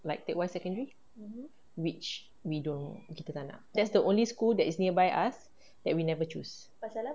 like teck whye secondary which we don't kita tak nak that's the only school that is nearby us that we never choose